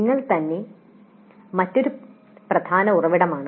നിങ്ങൾ തന്നെ മറ്റൊരു പ്രധാന ഉറവിടമാണ്